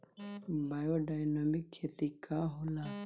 Biodynamic खेती का होला?